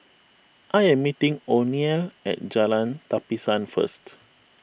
I am meeting oneal at Jalan Tapisan first